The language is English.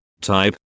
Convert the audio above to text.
Type